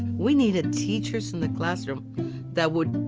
we needed teachers in the classroom that would